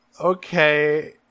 Okay